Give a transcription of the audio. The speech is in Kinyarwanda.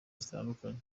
zitandukanye